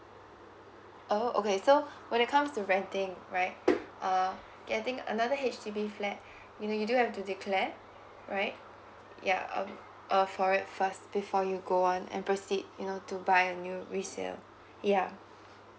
oh okay so when it comes to renting right uh getting another H_D_B flat you know you do have to declare right yeah um uh for it first before you go on and proceed you know to buy a new resale yeah